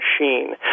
machine